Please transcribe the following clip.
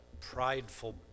prideful